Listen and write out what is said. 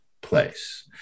place